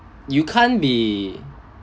you can't be